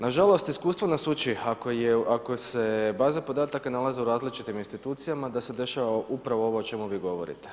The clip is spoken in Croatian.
Na žalost iskustvo nas uči ako se baza podataka nalazi u različitim institucijama da se dešava upravo ovo o čemu vi govorite.